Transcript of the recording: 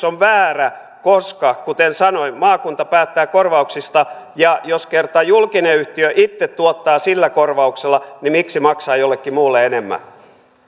on väärä koska kuten sanoin maakunta päättää korvauksista ja jos kerta julkinen yhtiö itse tuottaa sillä korvauksella niin miksi maksaa jollekin muulle enemmän